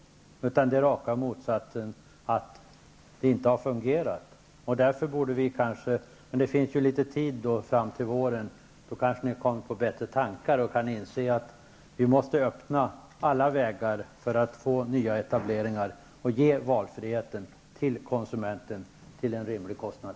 Det är raka motsatsen, det har inte fungerat. Men nu finns det litet tid fram till våren, så ni kanske hinner komma på bättre tankar och börjar inse att vi måste öppna alla vägar för att få nyetableringar och för att kunna ge valfrihet till konsumenterna till en rimlig kostnad.